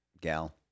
gal